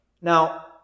Now